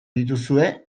dituzue